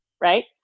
right